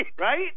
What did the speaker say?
Right